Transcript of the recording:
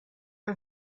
are